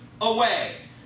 away